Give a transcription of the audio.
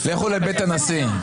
לכו לבית הנשיא.